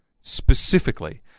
specifically